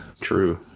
True